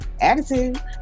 Attitude